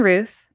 Ruth